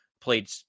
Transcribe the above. played